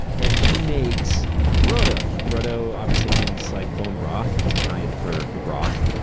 and he makes brodo. and brodo obviously means like bone broth. it's italian for for broth.